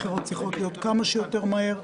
הבחירות צריכות להיות כמה שיותר מהר,